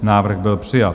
Návrh byl přijat.